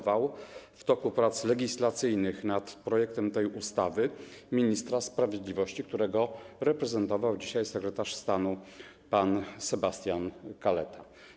W toku prac legislacyjnych nad projektem tej ustawy rząd delegował ministra sprawiedliwości, którego reprezentował dzisiaj sekretarz stanu pan Sebastian Kaleta.